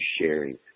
sharing